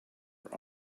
were